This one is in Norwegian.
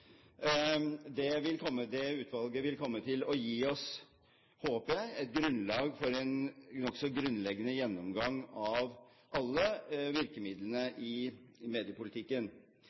utvalget vil komme til å gi oss – håper jeg – et grunnlag for en nokså grunnleggende gjennomgang av alle virkemidlene i mediepolitikken.